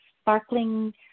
sparkling